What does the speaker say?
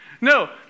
No